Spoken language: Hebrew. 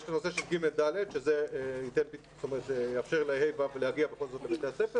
יש את הנושא של ג' ד' שזה יאפשר ל-ה' ו' להגיע בכל זאת לבתי הספר,